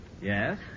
Yes